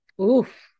Oof